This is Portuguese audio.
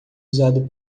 usado